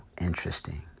interesting